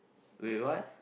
wait what